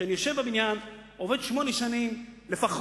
שאני יושב בבניין, עובד שמונה שנים לפחות,